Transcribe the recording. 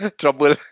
trouble